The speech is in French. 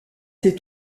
ces